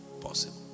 possible